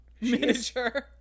Miniature